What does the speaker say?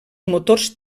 motors